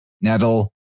nettle